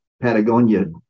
Patagonia